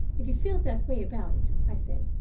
if you feel that way about it, i said,